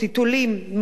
מזון.